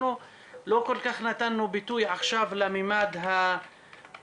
אנחנו לא כל כך נתנו ביטוי עכשיו לממד הלאומי,